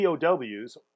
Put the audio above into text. POWs